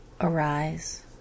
arise